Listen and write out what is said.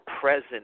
present